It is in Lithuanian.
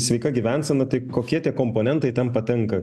sveika gyvensena tai kokie tie komponentai ten patenka